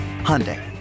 Hyundai